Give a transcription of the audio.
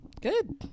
Good